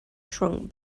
shrunk